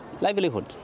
livelihood